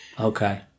Okay